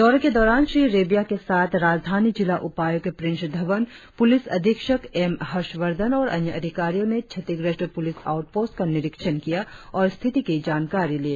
दौरे के दौरान श्री रेबिया के साथ राजधानी जिला उपायुक्त प्रिंस धवन पुलिस अधीक्षक एम हर्षवर्धन और अन्य अधिकारियों ने क्षतिग्रस्त पुलिस आउटपोस्ट का निरीक्षण किया और स्थिति की जानकारी ली